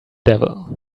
devil